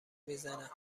میزند